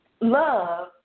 love